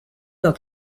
los